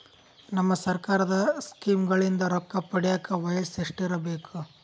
ನಮ್ಮ ಸರ್ಕಾರದ ಸ್ಕೀಮ್ಗಳಿಂದ ರೊಕ್ಕ ಪಡಿಯಕ ವಯಸ್ಸು ಎಷ್ಟಿರಬೇಕು?